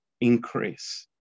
increase